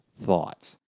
thoughts